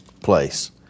place